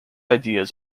ideas